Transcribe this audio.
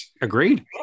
Agreed